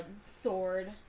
sword